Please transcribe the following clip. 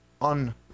on